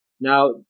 Now